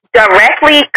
directly